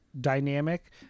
dynamic